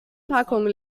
packung